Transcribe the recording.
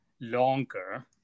longer